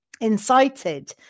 incited